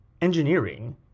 engineering